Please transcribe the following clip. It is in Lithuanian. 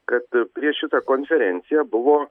kad prieš šitą konferenciją buvo